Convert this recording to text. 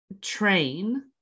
train